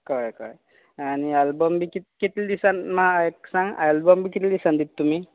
कळ्ळें कळ्ळें आनी आल्बम बी कितें कित्ले दिसान मा एक सांग आल्बम बी कित्ले दिसानी दिता तुमी